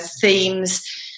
themes